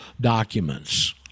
documents